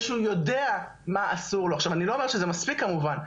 שהוא יודע מה אסור לו עכשיו אני לא אומרת שזה מספיק כמובן,